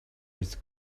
risks